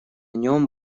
нем